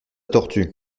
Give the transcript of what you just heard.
tortue